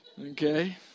Okay